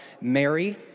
Mary